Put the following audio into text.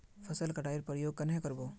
फसल कटाई प्रयोग कन्हे कर बो?